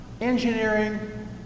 engineering